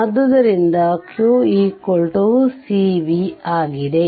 ಆದ್ದರಿಂದ q c v ಆಗಿದೆ